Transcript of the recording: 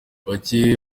bake